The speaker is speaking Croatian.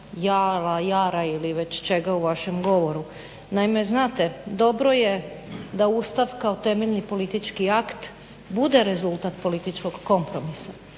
jala, jara ili već čega u vašem govoru. Naime, znate dobro je da Ustav kao temeljni politički akt bude rezultat političkog kompromisa.